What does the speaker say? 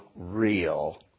real